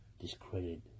discredit